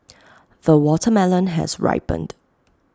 the watermelon has ripened